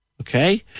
Okay